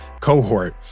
cohort